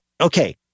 okay